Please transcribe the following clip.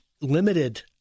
limited